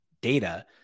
data